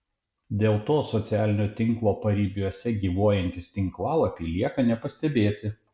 dėl to socialinio tinklo paribiuose gyvuojantys tinklalapiai lieka nepastebėti